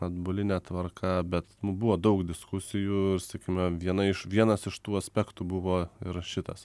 atbuline tvarka bet nu buvo daug diskusijų ir sakykime viena iš vienas iš tų aspektų buvo ir šitas